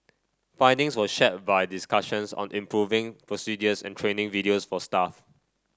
findings were shared via discussions on improving procedures and training videos for staff